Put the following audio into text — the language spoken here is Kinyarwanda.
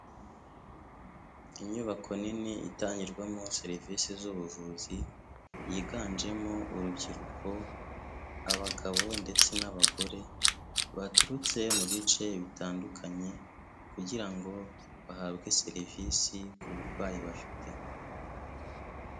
Inyubako nini itangirwamo serivisi z'ubuvuzi, yiganjemo urubyiruko, abagabo ndetse n'abagore, baturutse mu bice bitandukanye kugira ngo bahabwe serivisi ku burwayi bafite.